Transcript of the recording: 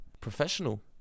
professional